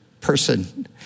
person